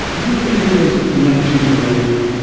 if you think of him as a nineteen year old,